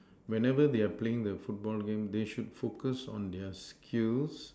whenever they are playing the football game they should focus on their skills